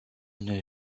une